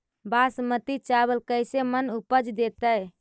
बासमती चावल कैसे मन उपज देतै?